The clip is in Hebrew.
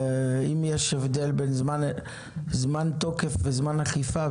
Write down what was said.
אם יש הבדל בין זמן תוקף לבין זמן אכיפה,